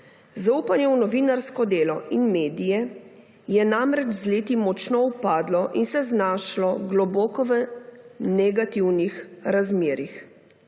Zaupanje v novinarsko delo in medije je namreč z leti močno upadlo in se znašlo globoko v negativnih razmerjih.